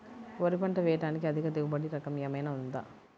వరి పంట వేయటానికి అధిక దిగుబడి రకం ఏమయినా ఉందా?